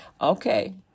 okay